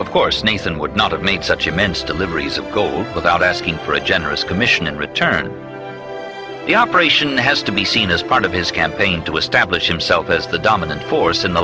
of course nathan would not have made such immense deliveries of gold without asking for a generous commission in return the operation has to be seen as part of his campaign to establish himself as the dominant force in the